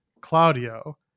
Claudio